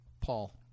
Paul